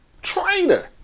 trainer